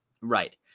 Right